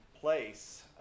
place